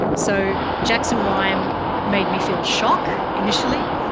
so, jackson ryan made me feel shock initially,